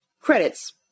Credits